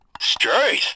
Straight